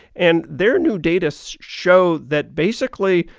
and their new data so show that basically,